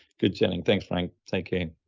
good chatting. thanks, frank. take